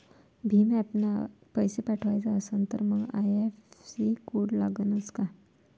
भीम ॲपनं पैसे पाठवायचा असन तर मंग आय.एफ.एस.सी कोड लागनच काय?